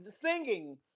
singing